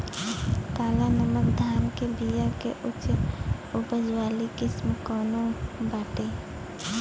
काला नमक धान के बिया के उच्च उपज वाली किस्म कौनो बाटे?